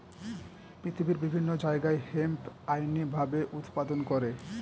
পৃথিবীর বিভিন্ন জায়গায় হেম্প আইনি ভাবে উৎপাদন করে